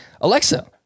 Alexa